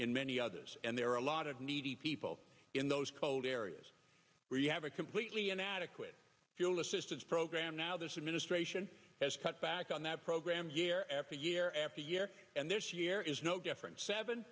in many others and there are a lot of needy people in those cold areas where you have a completely inadequate fuel assistance program now this administration has cut back on that program year after year after year and this year is no different seven